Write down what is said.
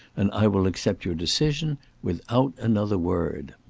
and i will accept your decision without another word.